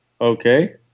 Okay